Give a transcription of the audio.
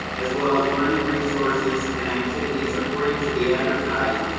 as well as learning resources and activities, according to the advertised,